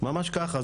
ממש ככה,